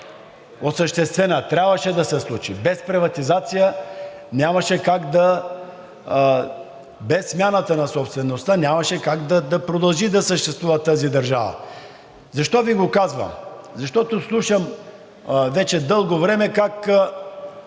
осъществена, трябваше да се случи. Без приватизация, нямаше как да… Без смяната на собствеността нямаше как да продължи да съществува тази държава. Защо Ви го казвам? Защото слушам вече дълго време как